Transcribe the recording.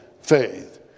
faith